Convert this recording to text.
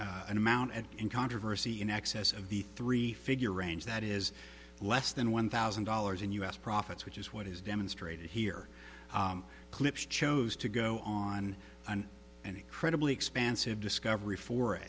it an amount and controversy in excess of the three figure range that is less than one thousand dollars in u s profits which is what is demonstrated here clips chose to go on an incredibly expansive discovery for